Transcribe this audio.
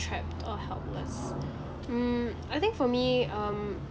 trapped or helpless mm I think for me um